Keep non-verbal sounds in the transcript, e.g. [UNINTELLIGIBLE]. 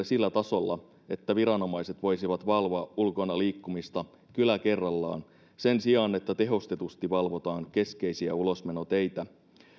[UNINTELLIGIBLE] sillä tasolla että viranomaiset voisivat valvoa ulkona liikkumista kylä kerrallaan sen sijaan että tehostetusti valvotaan keskeisiä ulosmenoteitä